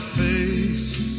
face